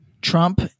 Trump